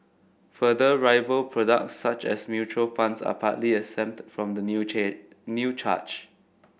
further rival products such as mutual funds are partly exempt from the new chaired new charge